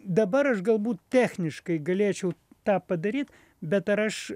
dabar aš galbūt techniškai galėčiau tą padaryt bet ar aš